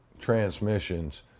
transmissions